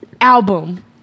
Album